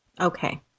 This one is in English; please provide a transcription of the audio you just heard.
Okay